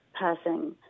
passing